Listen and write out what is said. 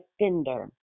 offender